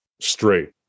straight